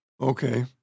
Okay